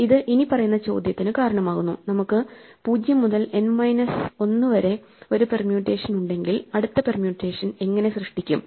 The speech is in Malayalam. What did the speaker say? ഇത് ഇനിപ്പറയുന്ന ചോദ്യത്തിന് കാരണമാകുന്നു നമുക്ക് 0 മുതൽ N മൈനസ് 1 വരെ ഒരു പെർമ്യൂട്ടേഷൻ ഉണ്ടെങ്കിൽ അടുത്ത പെർമ്യൂട്ടേഷൻ എങ്ങനെ സൃഷ്ടിക്കും